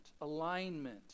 alignment